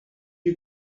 you